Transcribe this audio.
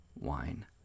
wine